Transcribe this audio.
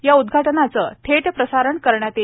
या उद्वाटनाचे थेट थेट प्रसारण करण्यात येईल